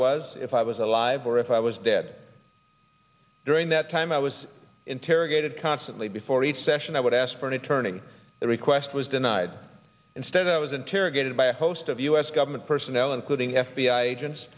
was if i was alive or if i was dead during that time i was interrogated constantly before each session i would ask for an attorney the request was denied instead i was interrogated by a host of us government personnel including f b i agents